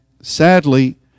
sadly